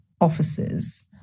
offices